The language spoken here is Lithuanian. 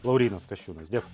laurynas kasčiūnas dėkui